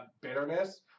bitterness